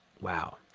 Wow